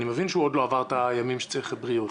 אני מבין שהוא עוד לא עבר את הימים שצריך לבריאות.